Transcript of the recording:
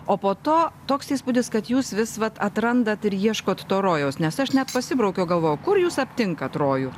o po to toks įspūdis kad jūs vis vat atrandat ir ieškot to rojaus nes aš net pasibraukiau galvojau kur jūs aptinkat rojų